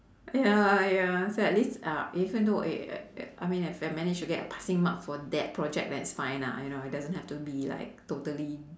ya ya sadly uh even though I mean if I managed to get a passing mark for that project that's fine ah you know it doesn't have to be like totally